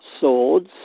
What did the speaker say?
swords